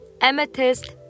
amethyst